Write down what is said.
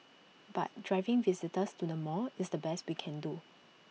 but driving visitors to the mall is the best we can do